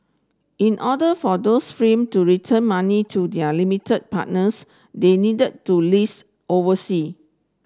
in order for those to return money to their limited partners they needed to list oversea